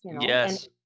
yes